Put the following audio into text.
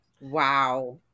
Wow